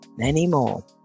anymore